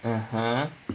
(uh huh)